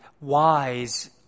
wise